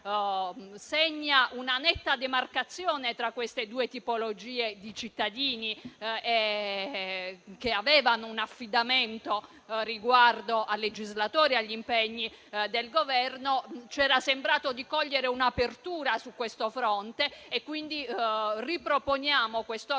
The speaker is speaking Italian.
segna una netta demarcazione tra queste due tipologie di cittadini, che avevano un affidamento riguardo al legislatore e agli impegni del Governo. Ci era sembrato di cogliere un'apertura su questo fronte e quindi riproponiamo questo ordine